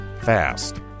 fast